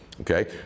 Okay